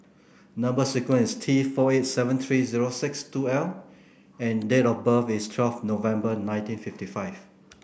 number sequence is T four eight seven three zero six two L and date of birth is twelve November nineteen fifty five